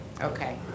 Okay